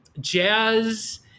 jazz